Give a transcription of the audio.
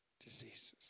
diseases